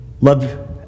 Love